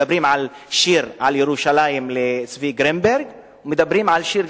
מדברים על שיר על ירושלים של אורי צבי גרינברג ומדברים על שיר,